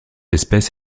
espèce